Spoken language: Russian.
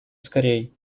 скорей